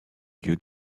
lieu